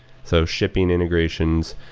so shipping integrations,